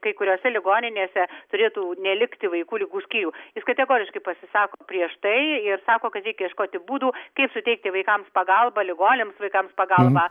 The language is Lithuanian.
kai kuriose ligoninėse turėtų nelikti vaikų ligų skyrių jis kategoriškai pasisako prieš tai ir sako kad reikia ieškoti būdų kaip suteikti vaikams pagalbą ligoniams vaikams pagalbą